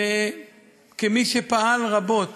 וכמי שפעל רבות